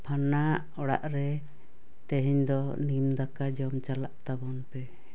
ᱯᱷᱟᱞᱱᱟ ᱟᱜ ᱚᱲᱟᱜ ᱨᱮ ᱛᱮᱦᱮᱧ ᱫᱚ ᱱᱤᱢ ᱫᱟᱠᱟ ᱡᱚᱢ ᱪᱟᱞᱟᱜ ᱛᱟᱵᱚᱱ ᱯᱮ